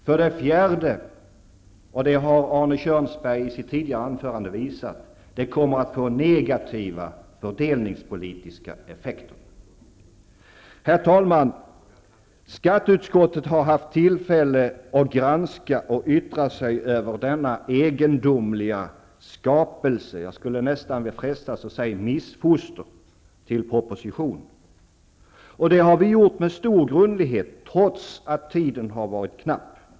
För det fjärde kommer det att bli negativa fördelningspolitiska effekter. Detta har Arne Kjörnsberg i sitt anförande tidigare visat. Herr talman! Skatteutskottet har haft tillfälle att granska och yttra sig över denna egendomliga skapelse -- jag skulle nästan frestas att säga missfoster -- till proposition. Det har vi gjort med stor grundlighet, trots att tiden har varit knapp.